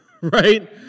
Right